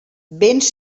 vents